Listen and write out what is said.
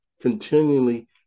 continually